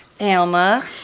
Alma